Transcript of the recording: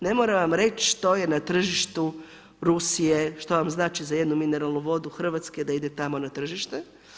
Ne moram vam reći što je na tržištu Rusije, što vam znači za jednu mineralnu vodu Hrvatske da ide tamo na tržište.